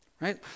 right